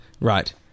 Right